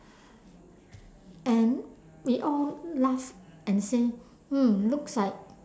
and we all laugh and say hmm looks like